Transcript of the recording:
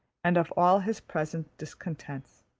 and of all his present discontents.